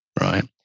right